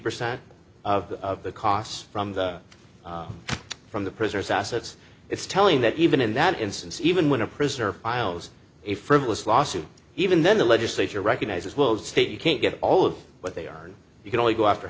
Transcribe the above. percent of the costs from the from the prisoner's assets it's telling that even in that instance even when a prisoner files a frivolous lawsuit even then the legislature recognizes world state you can't get all of what they are and you can only go after